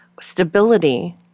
stability